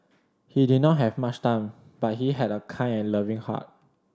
he did not have much time but he had a kind and loving heart